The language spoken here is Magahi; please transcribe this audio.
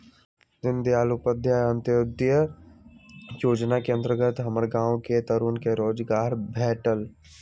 दीनदयाल उपाध्याय अंत्योदय जोजना के अंतर्गत हमर गांव के तरुन के रोजगार भेटल